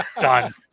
Done